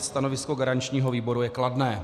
Stanovisko garančního výboru je kladné.